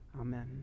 Amen